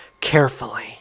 carefully